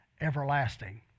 everlasting